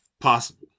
Possible